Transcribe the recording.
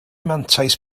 mantais